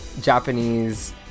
Japanese